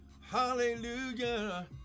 Hallelujah